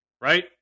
right